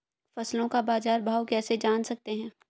फसलों का बाज़ार भाव कैसे जान सकते हैं?